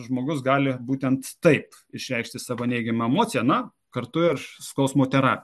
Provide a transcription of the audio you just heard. žmogus gali būtent taip išreikšti savo neigiamą emociją na kartu ir skausmo tėrapija